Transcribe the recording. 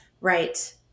Right